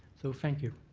so thank you.